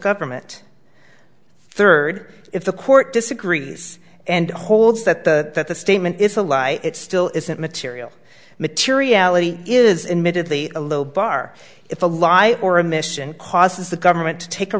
government third if the court disagrees and holds that the statement is a lie it still isn't material materiality is emitted the a low bar if a lie or a mission causes the government to take a